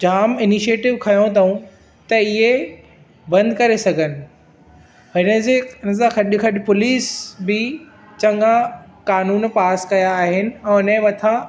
जाम initiative खयो अथऊं त इहे बंदि करे सघनि इन सां गॾु गॾु पुलिस बि चङा क़ानूनु पास कयां आहिनि ऐं उन जे मथां